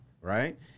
Right